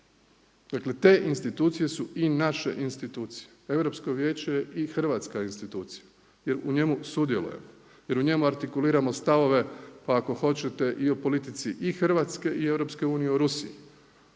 Dakle te institucije su i naše institucije. Europsko vijeće je i hrvatska institucija jer u njemu sudjelujemo jer u njima artikuliramo stavove pa ako hoćete i o politici i Hrvatske i EU u Rusiji